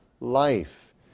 life